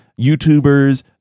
YouTubers